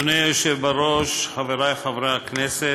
אדוני היושב בראש, חבריי חברי הכנסת,